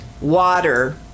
water